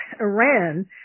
Iran